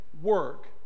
work